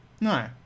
no